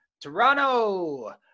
toronto